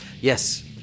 yes